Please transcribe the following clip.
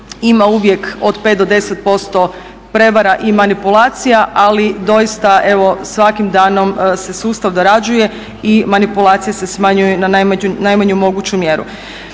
ima uvijek od 5 do 10% prevara i manipulacija. Ali doista evo svakim danom se sustav dorađuje i manipulacija se smanjuje na najmanju moguću mjeru.